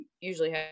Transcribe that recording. usually